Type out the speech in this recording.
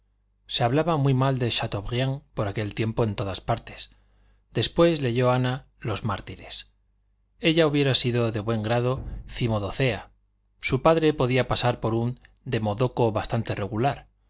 se hablaba muy mal de chateaubriand por aquel tiempo en todas partes después leyó ana los mártires ella hubiera sido de buen grado cimodocea su padre podía pasar por un demodoco bastante regular